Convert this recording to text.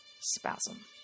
spasm